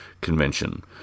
convention